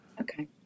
Okay